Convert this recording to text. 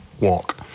Walk